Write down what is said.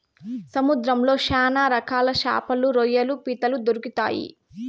సముద్రంలో శ్యాన రకాల శాపలు, రొయ్యలు, పీతలు దొరుకుతాయి